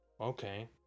okay